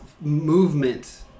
movement